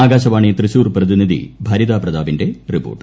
ആകാശവാണി തൃശൂർ പ്രതിനിധി ഭരിത പ്രതാപിന്റെ റിപ്പോർട്ട്